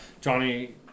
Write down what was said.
Johnny